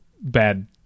bad